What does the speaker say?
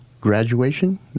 graduation